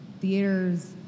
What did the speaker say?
theaters